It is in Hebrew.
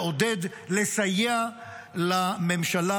אני מבקש לאפשר למציעים להציג את עמדתם.